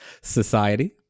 Society